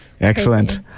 Excellent